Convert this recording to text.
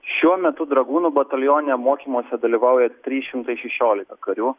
šiuo metu dragūnų batalione mokymuose dalyvauja trys šimtai šešiolika karių